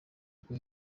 ubwo